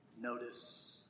notice